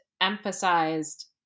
emphasized